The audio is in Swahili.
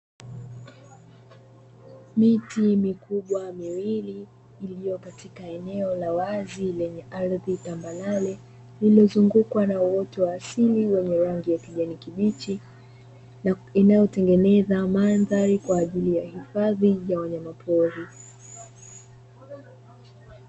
Miti imekuwa miwili iliyo katika eneo la wazi lenye ardhi tambalale ililozungukwa na wote wa asili wenye rangi ya kijani kijichi, na inayotengeneza mandhari kwa ajili ya hifadhi ya wanyamapori.